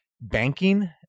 banking